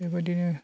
बेबायदिनो